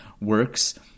works